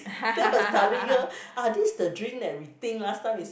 that was ah this is the drink that we think last time is